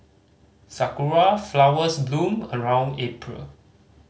sakura flowers bloom around April